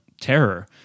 terror